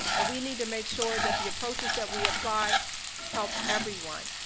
and we need to make sure that the approaches that we apply help everyone.